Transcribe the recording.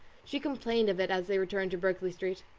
she complained of it as they returned to berkeley street.